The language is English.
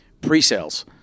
pre-sales